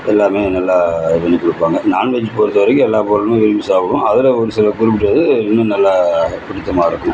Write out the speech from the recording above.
எல்லாமே நல்லா இது பண்ணிக் கொடுப்பாங்க நாண்வெஜ் பொறுத்தவரைக்கும் எல்லா பொருளும் விரும்பி சாப்பிடுவோம் அதில் ஒரு சில குறிப்பிட்டது இன்னும் நல்லா பிடித்தமாக இருக்கும்